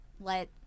let